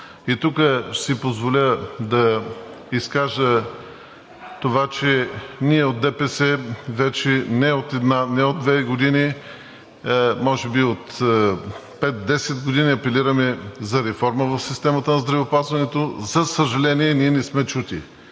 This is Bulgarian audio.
И тук ще си позволя да изкажа това, че ние от ДПС вече не от една, не от две години, може би от пет-десет години апелираме за реформа в системата на здравеопазването. За съжаление, ние не сме чути.